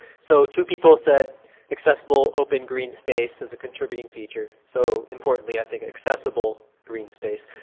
so two people said accessible open green space as a contributing feature, so importantly i think accessible green space.